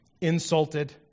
insulted